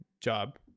job